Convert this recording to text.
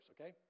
okay